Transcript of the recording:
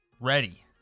ready